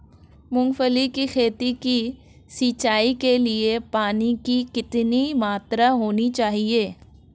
मूंगफली की खेती की सिंचाई के लिए पानी की कितनी मात्रा होनी चाहिए?